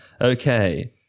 Okay